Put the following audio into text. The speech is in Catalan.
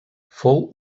fou